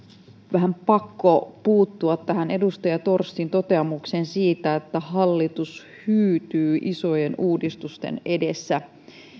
vähän pakko puuttua tähän edustaja torstin toteamukseen siitä että hallitus hyytyy isojen uudistuksien edessä